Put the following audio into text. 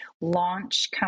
launch